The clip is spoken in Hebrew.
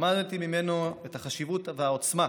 למדתי ממנו את החשיבות והעוצמה